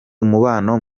umubano